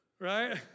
Right